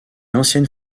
ancienne